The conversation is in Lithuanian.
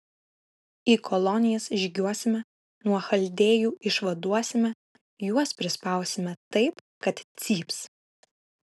į kolonijas žygiuosime nuo chaldėjų išvaduosime juos prispausime taip kad cyps